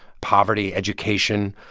poverty, education.